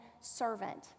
servant